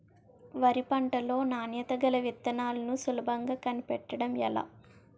వరి పంట లో నాణ్యత గల విత్తనాలను సులభంగా కనిపెట్టడం ఎలా?